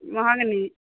mahogany